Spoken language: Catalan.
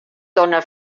dóna